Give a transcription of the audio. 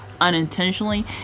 unintentionally